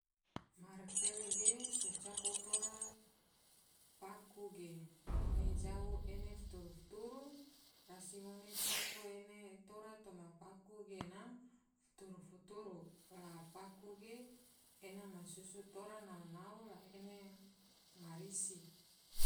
Murtel ge so cako tora paku ge, ngone jau ene futuru-futuru rasi ngone cako ena tora toma paku gena futuru-futuru, la paku ge ena masusu tora nao-nao la ene ma risi.